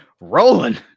Rolling